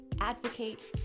advocate